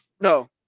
No